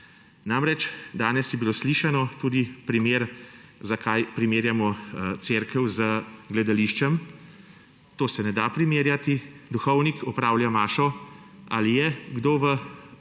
delo. Danes je bilo tudi slišano, zakaj primerjamo cerkev z gledališčem. Tega se ne da primerjati. Duhovnik opravlja mašo, ali je kdo v cerkvi